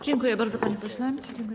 Dziękuję bardzo, panie pośle.